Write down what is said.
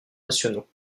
nationaux